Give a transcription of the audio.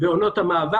בעונות המעבר,